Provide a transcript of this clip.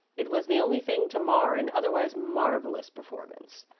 it was the only thing to mar an otherwise marvellous performance.